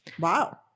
Wow